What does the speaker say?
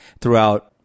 throughout